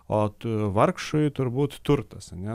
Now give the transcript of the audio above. o tu vargšui turbūt turtas ane